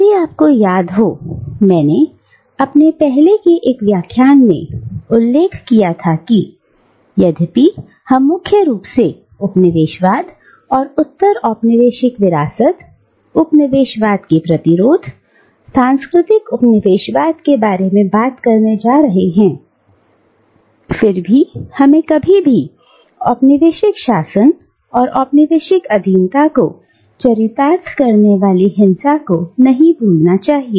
यदि आपको याद हो मैंने अपने पहले के एक व्याख्यान में उल्लेख किया था कि यद्यपि हम मुख्य रूप से उपनिवेशवाद और उत्तर औपनिवेशिक विरासत उपनिवेशवाद के प्रतिरोध सांस्कृतिक उपनिवेशवाद के बारे में बात करने जा रहे हैं फिर भी हमें कभी भी औपनिवेशिक शासन और औपनिवेशिक अधीनता को चरितार्थ करने वाली हिंसा को कभी नहीं भूलना चाहिए